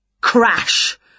Crash